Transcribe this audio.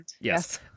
yes